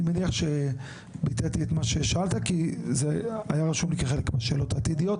אני מניח שביטאתי את מה ששאלת כי זה היה רשום לי כחלק מהשאלות העתידיות,